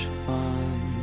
fun